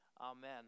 Amen